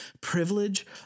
privilege